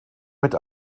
mit